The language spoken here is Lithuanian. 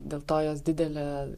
dėl to jos didelė